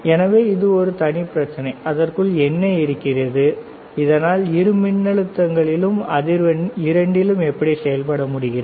எனவே இது ஒரு தனி பிரச்சினை அதற்குள் என்ன இருக்கிறது இதனால் இரு மின்னழுத்தங்களிலும் அதிர்வெண் இரண்டிலும் செயல்பட முடிகிறது